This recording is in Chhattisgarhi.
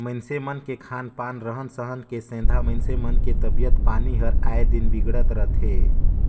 मइनसे मन के खान पान, रहन सहन के सेंधा मइनसे मन के तबियत पानी हर आय दिन बिगड़त रथे